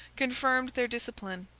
confirmed their discipline,